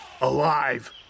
Alive